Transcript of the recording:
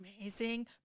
amazing